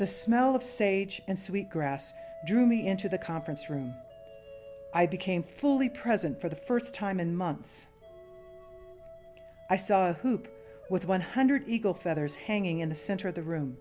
the smell of sage and sweetgrass drew me into the conference room i became fully present for the first time in months i saw with one hundred eagle feathers hanging in the center of the room